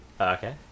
okay